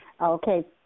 Okay